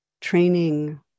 training